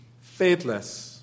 faithless